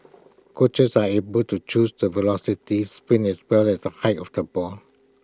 coaches are able to choose the velocity spin as well as the height of the ball